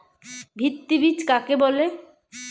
ভিত্তি বীজ কাকে বলে?